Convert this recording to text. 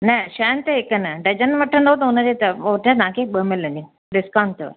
न छह ते हिकु न डजन वठंदव त हुनजे हुन ते तव्हांखे ॿ मिलंदियूं डिस्काउंट अथव